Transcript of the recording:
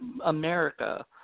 America